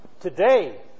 Today